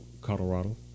Colorado